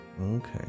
okay